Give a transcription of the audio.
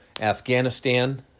Afghanistan